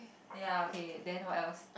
ya okay then what else